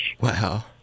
Wow